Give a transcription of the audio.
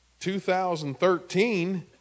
2013